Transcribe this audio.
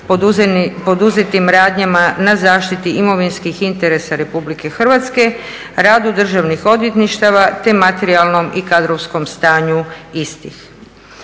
poduzetim radnjama na zaštiti imovinskih interesa RH, radu državnih odvjetništava te materijalnom i kadrovskom stanju istih.